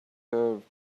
curved